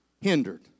hindered